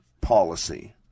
policy